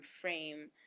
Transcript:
frame